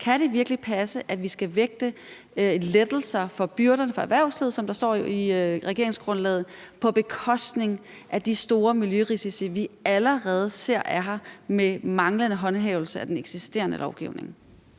om det virkelig kan passe, at vi skal vægte lettelser af byrderne for erhvervslivet, som der står i regeringsgrundlaget, på bekostning af de store miljørisici, vi allerede ser er her, med manglende håndhævelse af den eksisterende lovgivning?